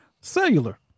cellular